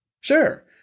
Sure